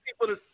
people